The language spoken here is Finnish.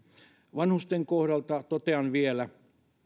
vanhusten kohdalta totean vielä